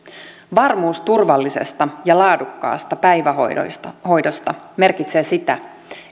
varmuus turvallisesta ja laadukkaasta päivähoidosta merkitsee sitä